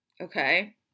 okay